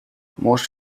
most